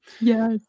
yes